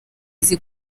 azi